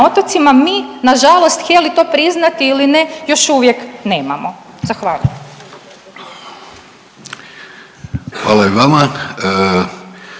otocima mi nažalost htjeli to priznati ili ne još uvijek nemamo, zahvaljujem.